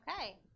Okay